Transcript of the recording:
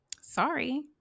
sorry